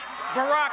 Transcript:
Barack